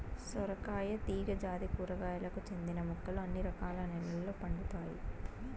సొరకాయ తీగ జాతి కూరగాయలకు చెందిన మొక్కలు అన్ని రకాల నెలల్లో పండుతాయి